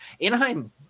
Anaheim